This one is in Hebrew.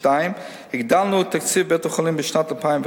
2. הגדלנו את תקציב בית-החולים לשנת 2011